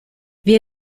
wir